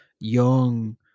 young